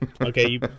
Okay